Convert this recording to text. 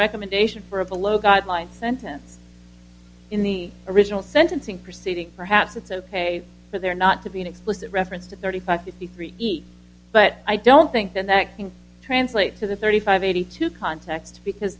recommendation for a below guideline sentance in the original sentencing proceeding perhaps it's ok for there not to be an explicit reference to thirty five fifty three but i don't think that that can translate to the thirty five eighty two context because